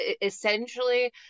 essentially